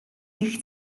гэх